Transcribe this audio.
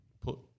put